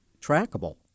trackable